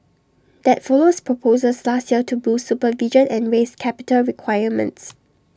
that follows proposals last year to boost supervision and raise capital requirements